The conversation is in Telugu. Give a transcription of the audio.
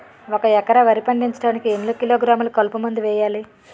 ఒక ఎకర వరి పండించటానికి ఎన్ని కిలోగ్రాములు కలుపు మందు వేయాలి?